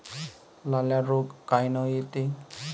लाल्या रोग कायनं येते?